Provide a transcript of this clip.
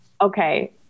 Okay